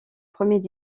premiers